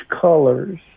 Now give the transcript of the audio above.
colors